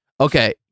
Okay